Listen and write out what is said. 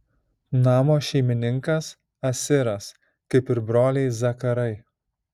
namo šeimininkas asiras kaip ir broliai zakarai